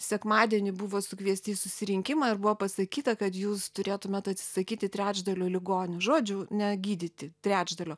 sekmadienį buvo sukviesti į susirinkimą ir buvo pasakyta kad jūs turėtumėt atsisakyti trečdalio ligonių žodžiu negydyti trečdalio